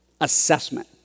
Assessment